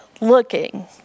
looking